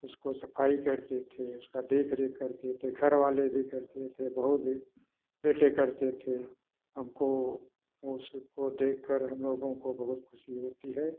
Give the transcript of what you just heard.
उसको सफाई करते थे उसका देख रेख करते थे घरवाले भी करते थे बहू भी बेटे करते थे हमको उसको देखकर हम लोगों को बहुत खुशी होती है